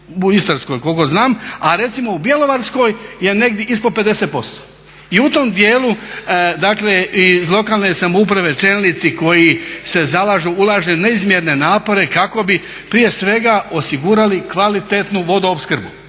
u Istarskoj koliko znam a recimo u Bjelovarskoj je negdje ispod 50%. I u tome dijelu dakle iz lokalne samouprave čelnici koji se zalažu ulažu neizmjerne napore kako bi prije svega osigurali kvalitetnu vodoopskrbu.